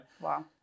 Wow